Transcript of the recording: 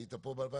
היית פה ב-2014?